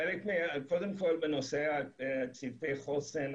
קודם כל בנושא צוותי חוסן,